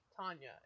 Tanya